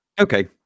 Okay